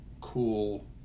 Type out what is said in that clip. cool